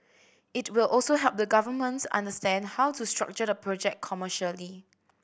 it will also help the governments understand how to structure the project commercially